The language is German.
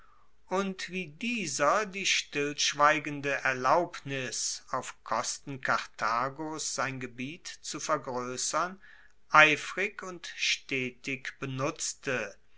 und wie dieser die stillschweigende erlaubnis auf kosten karthagos sein gebiet zu vergroessern eifrig und stetig benutzte